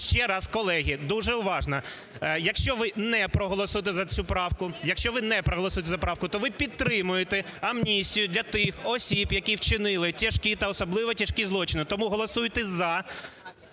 не проголосуєте за цю правку, якщо ви не проголосуєте за правку, то ви підтримуєте амністію для тих осіб, які вчинили тяжкі та особливо тяжкі злочини. Тому голосуйте за